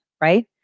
right